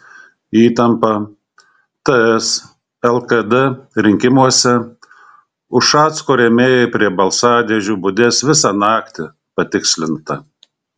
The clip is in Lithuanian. įtampa ts lkd rinkimuose ušacko rėmėjai prie balsadėžių budės visą naktį patikslinta